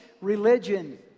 religion